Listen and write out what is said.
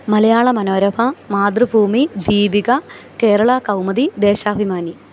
Malayala Manorama Mathrubhumi Deepika Keralam Kaumudi Deshabhimani